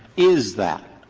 is that,